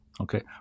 Okay